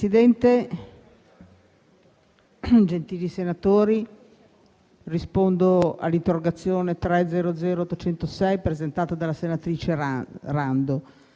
Presidente, gentili senatori, rispondo all'interrogazione 3-00806, presentata dalla senatrice Rando.